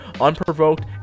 unprovoked